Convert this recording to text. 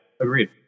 agreed